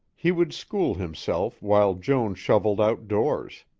he would school himself while joan shoveled outdoors.